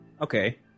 Okay